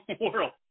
world